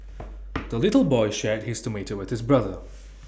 the little boy shared his tomato with his brother